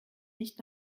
nicht